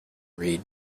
read